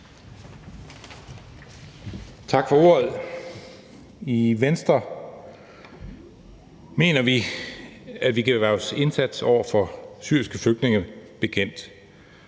Tak for ordet. I Venstre mener vi, at vi kan være vores indsats over for syriske flygtninge bekendt.